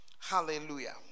Hallelujah